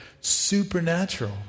supernatural